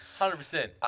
100%